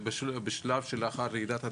בשלב שלאחר רעידת האדמה.